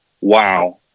wow